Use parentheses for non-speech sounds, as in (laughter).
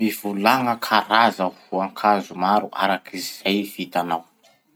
Mivolagna karaza voankazo maro araky ze vitanao. (noise)